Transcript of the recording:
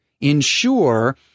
ensure